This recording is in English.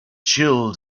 chill